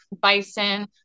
bison